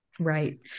Right